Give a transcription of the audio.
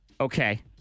Okay